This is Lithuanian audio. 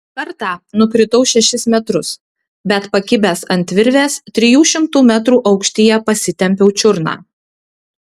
kartą nukritau šešis metrus bet pakibęs ant virvės trijų šimtų metrų aukštyje pasitempiau čiurną